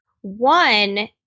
One